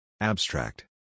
Abstract